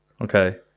Okay